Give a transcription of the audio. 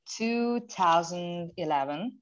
2011